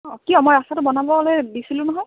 অঁ কিয় মই ৰাস্তাটো বনাবলৈ দিছিলোঁ নহয়